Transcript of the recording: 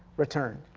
return.